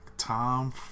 Tom